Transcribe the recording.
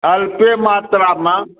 अल्पे मात्रामे